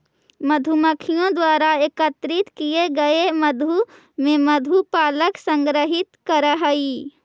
मधुमक्खियों द्वारा एकत्रित किए गए मधु को मधु पालक संग्रहित करअ हई